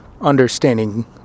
understanding